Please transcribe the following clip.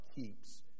keeps